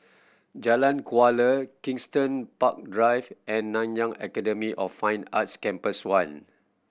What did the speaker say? Jalan Kuala Kensington Park Drive and Nanyang Academy of Fine Arts Campus One